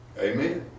Amen